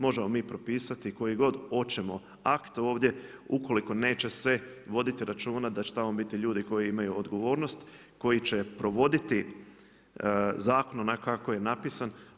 Možemo mi propisati koji god hoćemo akt ovdje, ukoliko neće se voditi računa da će tamo biti ljudi koji imaju odgovornost, koji će provoditi zakon onako kako je napisan.